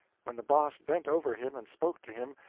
when the boss bent over him and spoke to him,